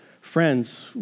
Friends